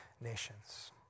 nations